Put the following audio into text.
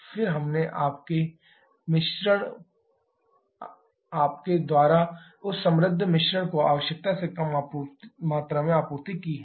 फिर हमने आपके द्वारा उस समृद्ध मिश्रण को आवश्यकता से कम मात्रा में आपूर्ति की है